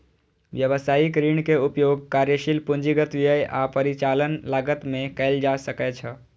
व्यवसायिक ऋण के उपयोग कार्यशील पूंजीगत व्यय आ परिचालन लागत मे कैल जा सकैछ